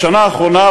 בשנה האחרונה,